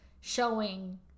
showing